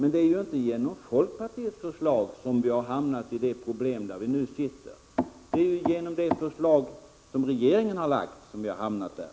Men det är ju inte genom folkpartiets förslag som vi har hamnat i ett läge med de problem som vi nu har. Det är ju till följd av de förslag som regeringen har lagt fram som vi har hamnat där.